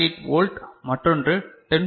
8 volt மற்றொன்று 10